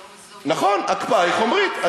נכון, ההקפאה היא חומרית.